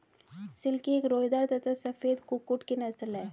silkie एक रोएदार तथा सफेद कुक्कुट की नस्ल है